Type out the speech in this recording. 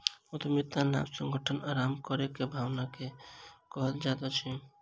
उद्यमिता नब संगठन आरम्भ करै के भावना के कहल जाइत अछि